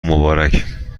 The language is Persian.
مبارک